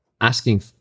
asking